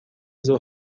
ظهر